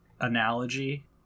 analogy